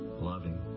loving